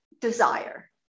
desire